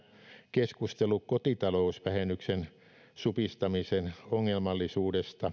keskustelu kotitalousvähennyksen supistamisen ongelmallisuudesta